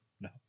No